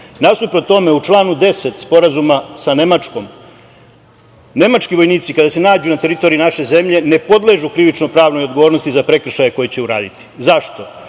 tome, u članu 10. Sporazuma sa Nemačkom, nemački vojnici kada se nađu na teritoriji naše zemlje, ne podležu krivično-pravnoj odgovornosti za prekršaje koje će uraditi. Zašto?